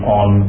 on